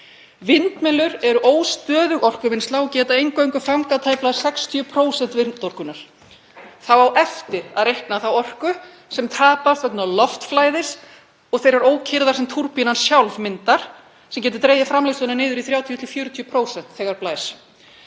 Vindmyllur er óstöðug orkuvinnsla og geta eingöngu fangað tæplega 60% vindorkunnar. Þá á eftir að reikna þá orku sem tapast vegna loftflæðis og þeirrar ókyrrðar sem túrbínan sjálf myndar, sem getur dregið framleiðsluna niður í 30–40% þegar blæs.